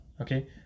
Okay